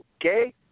Okay